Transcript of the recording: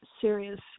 serious